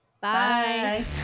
Bye